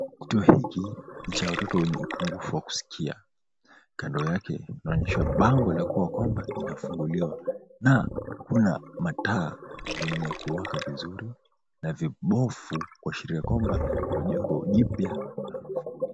Kituo hiki ni cha watoto wenye upungufu wakusikia, kando yake kunaonyeshwa bango la kuwa kwamba inafunguliwa na kuna mataa zenye kuwaka vizuri na vibofu kuashiria kwamba ndo jengo jipya lafunguliwa.